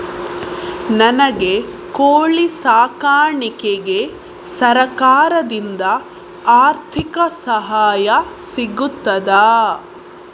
ನನಗೆ ಕೋಳಿ ಸಾಕಾಣಿಕೆಗೆ ಸರಕಾರದಿಂದ ಆರ್ಥಿಕ ಸಹಾಯ ಸಿಗುತ್ತದಾ?